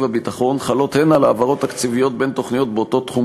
הביטחון חלות הן על העברות תקציביות בין תוכניות באותו תחום